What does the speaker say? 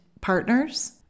partners